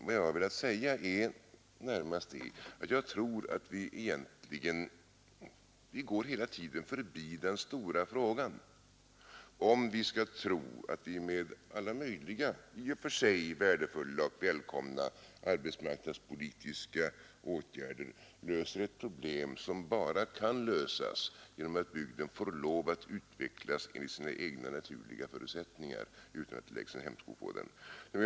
Vad jag har velat säga är närmast att vi hela tiden går förbi den stora frågan: Kan vi tro att vi med i och för sig värdefulla och välkomna arbetsmarknadspolitiska åtgärder löser ett problem, som bara kan lösas genom att bygden får utvecklas enligt sina egna naturliga förutsättningar och utan att det läggs en hämsko på den?